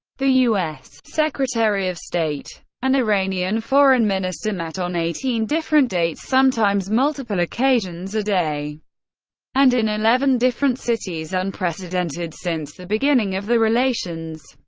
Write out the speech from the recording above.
the u s. secretary of state and iranian foreign minister met on eighteen different dates sometimes multiple occasions a day and in eleven different cities, unprecedented since the beginning of the relations.